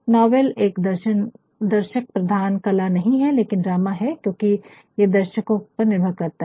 novel एक दर्शक प्रधान कला नहीं है लेकिन ड्रामा है क्योंकि ये दर्शकों पर निर्भर करता है